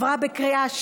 נתקבל.